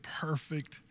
perfect